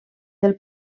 del